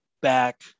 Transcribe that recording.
back